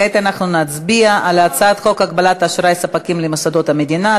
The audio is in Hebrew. כעת אנחנו נצביע על הצעת חוק הגבלת אשראי ספקים למוסדות המדינה,